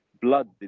blood